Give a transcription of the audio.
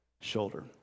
shoulder